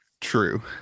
true